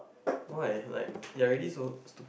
why like you are already so stupid